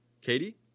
Katie